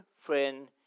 friend